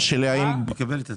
הוא קיבל את התיקון.